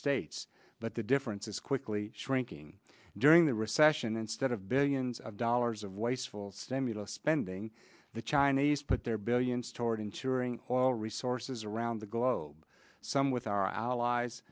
states but the difference is quickly shrinking during the recession instead of billions of dollars of wasteful stimulus spending the chinese put their billions toward ensuring all resources around the globe some with our allies